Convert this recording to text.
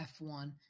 F1